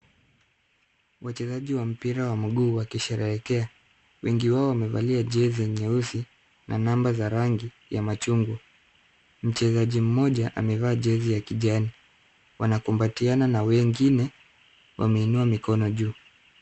Wachezaji wa mpira wa mguu wakisherehekea. Wengi wao wamevalia jezi nyeusi na namba(cs] za rangi ya machungwa. Mchezaji mmoja amevaa jezi ya kijani. Wanakumbatiana na wengine wameinua mikono juu.